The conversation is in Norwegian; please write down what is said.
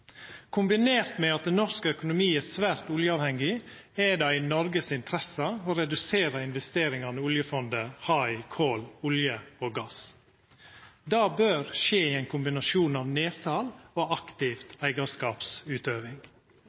Kombinert med at norsk økonomi er svært oljeavhengig, er det i Noregs interesse å redusera investeringane oljefondet har i kol, olje og gass. Det bør skje i ein kombinasjon av nedsal og aktiv eigarskapsutøving.